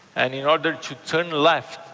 and in order to turn left,